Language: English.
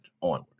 Onward